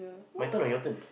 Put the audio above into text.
my turn or your turn